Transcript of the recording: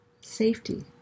safety